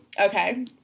okay